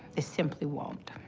ah simply won't.